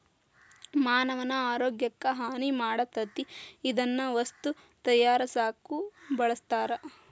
ಮಾನವನ ಆರೋಗ್ಯಕ್ಕ ಹಾನಿ ಮಾಡತತಿ ಇದನ್ನ ವಸ್ತು ತಯಾರಸಾಕು ಬಳಸ್ತಾರ